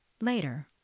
Later